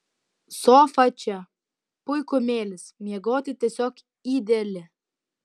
sofa čia puikumėlis miegoti tiesiog ideali